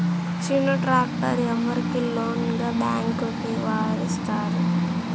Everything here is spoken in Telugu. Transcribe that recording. చిన్న ట్రాక్టర్ ఎవరికి లోన్గా బ్యాంక్ వారు ఇస్తారు?